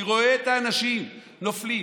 אני רואה את האנשים נופלים.